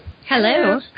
Hello